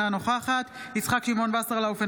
אינה נוכחת יצחק שמעון וסרלאוף,